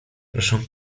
proszę